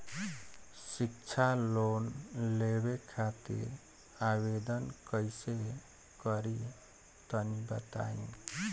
शिक्षा लोन लेवे खातिर आवेदन कइसे करि तनि बताई?